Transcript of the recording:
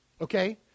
okay